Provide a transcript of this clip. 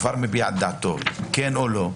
מביע את דעתו, כן או לא,